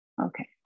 Okay